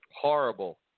Horrible